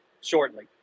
shortly